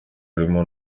harimo